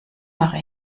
mache